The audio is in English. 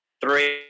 three